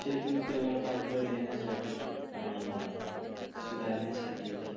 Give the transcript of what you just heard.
शेती उद्योगाला पाठबळ देण्यासाठी आणि सुधारण्यासाठी